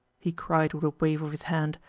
he cried with a wave of his hand.